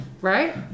Right